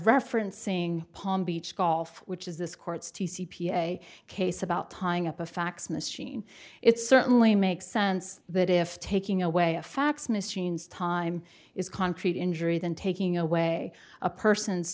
referencing palm beach golf which is this court's t c p a case about tying up a fax machine it certainly makes sense that if taking away a fax machines time is concrete injury then taking away a person's